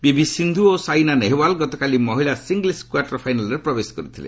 PV Sindhu ଓ ସାଇନା ନେହେୱାଲ୍ ଗତକାଲି ମହିଳା ସିଙ୍ଗଲ୍ନ କ୍ୱାର୍ଟରଫାଇନାଲ୍ରେ ପ୍ରବେଶ କରିଥିଲେ